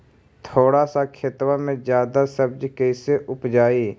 थोड़ा सा खेतबा में जादा सब्ज़ी कैसे उपजाई?